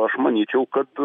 aš manyčiau kad